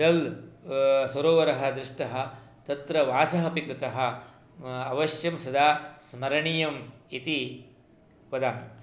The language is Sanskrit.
डल् सरोवरः दृष्टः तत्र वासः अपि कृतः अवश्यं सदा स्मरणीयम् इति वदामि